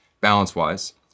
balance-wise